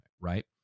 right